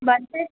budget